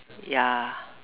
ya